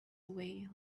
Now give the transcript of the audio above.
away